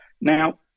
Now